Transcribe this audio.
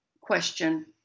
question